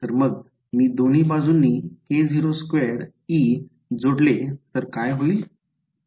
तर मग मी दोन्ही बाजूंनी k02 E जोडले तर काय होईल